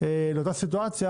לאותה סיטואציה,